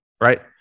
right